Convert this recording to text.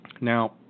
Now